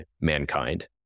mankind